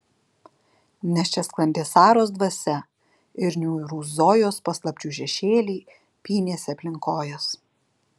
nes čia sklandė saros dvasia ir niūrūs zojos paslapčių šešėliai pynėsi aplink kojas